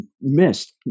missed